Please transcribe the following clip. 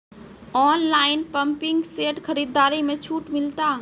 Online pumping set खरीदारी मे छूट मिलता?